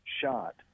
shot